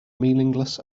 meaningless